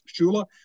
Shula